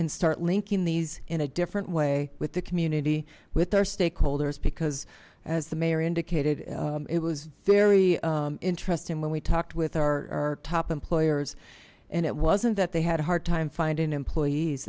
and start linking these in a different way with the community with our stakeholders because as the mayor indicated it was very interesting when we talked with our top employers and it wasn't that they had a hard time finding employees